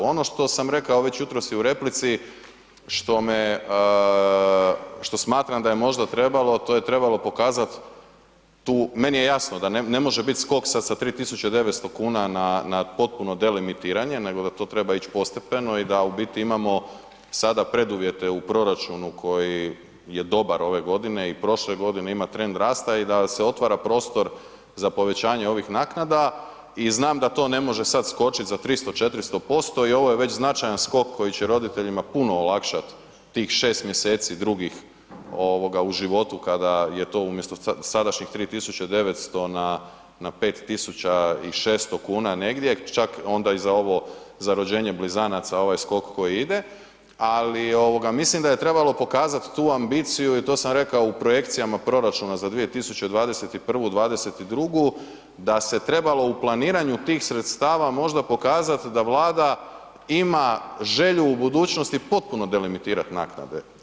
Ono što sam rekao već jutros i u replici, što me, što smatram da je možda trebalo, to je trebalo pokazati tu, meni je jasno da ne može biti skok sad sa 3.900 kuna na potpuno delimitiranje nego da to treba ići postepeno i a u biti imamo sada preduvjete u proračunu koji je dobar ove godine i prošle godine ima trend rasta i da se otvara prostor za povećanje ovih naknada i znam da to ne može sad skočit za 300-400% i ovo je već značajan skok koji će roditeljima puno olakšat tih 6 mjeseci drugih ovoga u životu kada je to umjesto sadašnjih 3.900 na 5.600 kuna negdje čak onda i za ovo, za rođenje blizanaca ovaj skok koji ide, ali ovoga mislim da je trebalo pokazati tu ambiciju i to sam rekao u projekcijama proračuna za 2021., '22., da se trebalo u planiranju tih sredstava možda pokazati da Vlada ima želju u budućnosti potpuno delimitirat naknade.